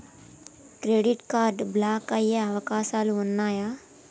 Credit card block అయ్యే అవకాశాలు ఉన్నయా?